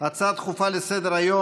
האוצר בנוגע לשוק הרכב העתידי בישראל.